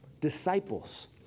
Disciples